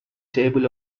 table